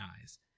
eyes